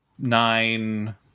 nine